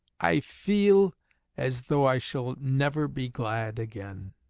i feel as though i shall never be glad again